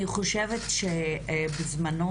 אני חושבת שבזמנו,